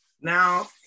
Now